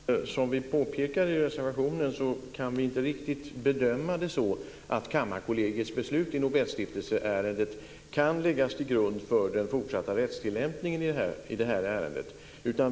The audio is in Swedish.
Fru talman! Som vi påpekar i reservationen kan vi inte riktigt bedöma det så att Kammarkollegiets beslut i Nobelstiftelseärendet kan läggas till grund för den fortsatta rättstillämpningen i detta ärende.